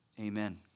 Amen